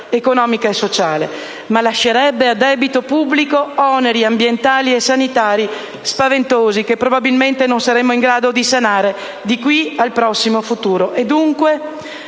economica e sociale, ma lascerebbe a debito pubblico oneri ambientali e sanitari spaventosi, che probabilmente non saremmo in grado di sanare di qui al prossimo futuro.